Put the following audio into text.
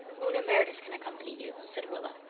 una meredith can accompany you, said rilla.